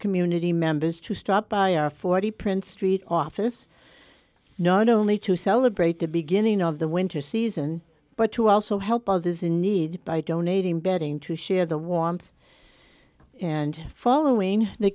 community members to stop by our forty prince street office not only to celebrate the beginning of the winter season but to also help others in need by donating bedding to share the warmth and following the